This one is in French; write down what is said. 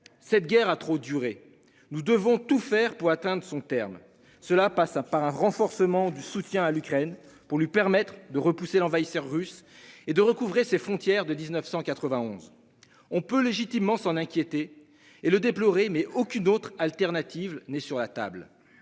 cette guerre a trop duré. Nous devons tout faire pour atteindre son terme cela passe pas un renforcement du soutien à l'Ukraine pour lui permettre de repousser l'envahisseur russe et de recouvrer ses frontières de 1991. On peut légitimement s'en inquiéter et le déplorer, mais aucune autre alternative n'est sur la table.